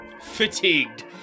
Fatigued